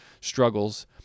struggles